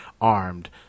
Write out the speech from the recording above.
armed